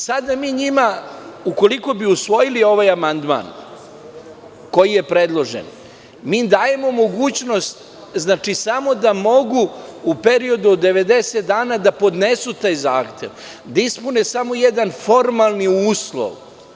Sada mi njima, ukoliko bi usvojili ovaj amandman koji je predložen, dajemo mogućnost samo da mogu u periodu od 90 dana da podnesu taj zahtev, da ispune samo jedan formalni uslov.